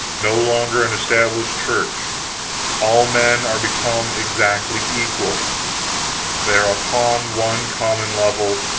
no longer an established church all men are become exactly equal they are upon one common level,